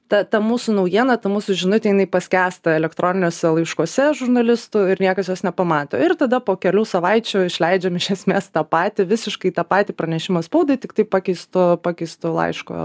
ta ta mūsų naujiena ta mūsų žinutė jinai paskęsta elektroniniuose laiškuose žurnalistų ir niekas jos nepamato ir tada po kelių savaičių išleidžiam iš esmės tą patį visiškai tą patį pranešimą spaudai tiktai pakeisto pakeisto laiško